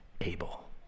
Abel